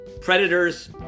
Predators